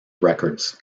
records